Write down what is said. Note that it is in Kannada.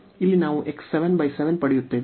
ಇಲ್ಲಿ ನಾವು ಪಡೆಯುತ್ತೇವೆ